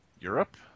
Europe